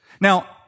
Now